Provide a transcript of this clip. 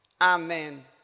Amen